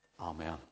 Amen